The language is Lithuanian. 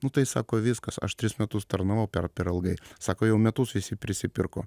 nu tai sako viskas aš tris metus tarnavau per ilgai sako jau metus visi prisipirko